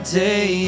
day